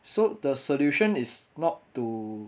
so the solution is not to